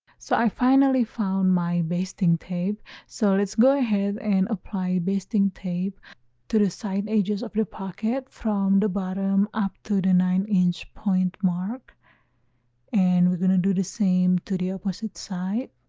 so i finally found my basting tape so let's go ahead and apply basting tape to the side edges of the pocket from the bottom up to the nine inch point mark and we're gonna do the same to the opposite side